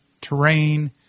terrain